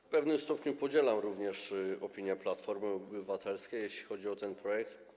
W pewnym stopniu podzielam również opinię Platformy Obywatelskiej, jeśli chodzi o ten projekt.